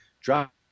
drop